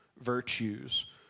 virtues